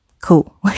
Cool